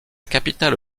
capitale